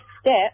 step